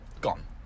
gone